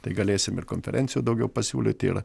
tai galėsim ir konferencijų daugiau pasiūlyti ir